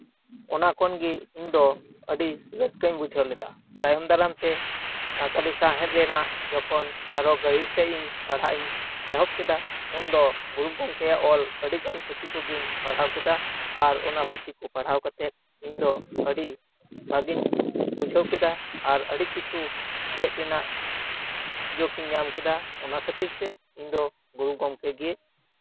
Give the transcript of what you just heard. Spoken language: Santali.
ᱚᱱᱟ ᱠᱷᱚᱱ ᱜᱮ ᱤᱧ ᱫᱚ ᱟᱹᱰᱤ ᱨᱟᱹᱥᱠᱟᱹᱧ ᱵᱩᱡᱷᱟᱹᱣ ᱞᱮᱫᱟ ᱛᱟᱭᱚᱢ ᱫᱟᱨᱟᱢ ᱛᱮ ᱥᱟᱱᱛᱟᱲᱤ ᱥᱟᱶᱦᱮᱫ ᱨᱮᱱᱟᱜ ᱡᱚᱠᱷᱚᱱ ᱟᱨᱚ ᱜᱟᱹᱦᱤᱨ ᱥᱟᱹᱦᱤᱧ ᱯᱟᱲᱦᱟᱜ ᱤᱧ ᱮᱦᱚᱵ ᱠᱮᱫᱟ ᱩᱱᱫᱚ ᱜᱩᱨᱩ ᱜᱚᱝᱠᱮᱭᱟᱜ ᱚᱞ ᱟᱹᱰᱤᱜᱟᱱ ᱯᱩᱛᱷᱤᱠᱚᱜᱤᱧ ᱯᱟᱲᱦᱟᱣ ᱠᱮᱫᱟ ᱟᱨ ᱚᱱᱟ ᱯᱩᱛᱷᱤ ᱠᱚ ᱯᱟᱲᱦᱟᱣ ᱠᱟᱛᱮ ᱤᱧ ᱫᱚ ᱟᱹᱰᱤ ᱵᱷᱟᱹᱜᱤᱧ ᱵᱩᱡᱷᱟᱹᱣ ᱠᱮᱫᱟ ᱟᱨ ᱟᱹᱰᱤ ᱠᱤᱪᱷᱩ ᱪᱮᱫ ᱨᱮᱱᱟᱜ ᱥᱩᱡᱚᱜ ᱤᱧ ᱧᱟᱢ ᱠᱮᱫᱟ ᱚᱱᱟ ᱠᱷᱟᱹᱛᱤᱨ ᱛᱮ ᱤᱧ ᱫᱚ ᱜᱩᱨᱩ ᱜᱚᱝᱠᱮᱜᱮ